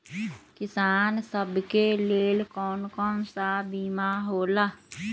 किसान सब के लेल कौन कौन सा बीमा होला?